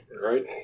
right